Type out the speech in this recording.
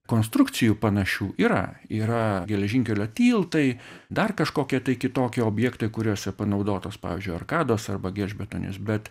konstrukcijų panašių yra yra geležinkelio tiltai dar kažkoki kitoki objektai kuriuose panaudotos pavyzdžiui arkados arba gelžbetonis bet